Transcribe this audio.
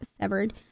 Severed